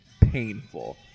painful